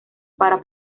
para